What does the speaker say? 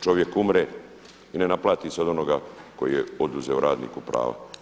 Čovjek umre i ne naplati se od onoga koji je oduzeo radniku prava.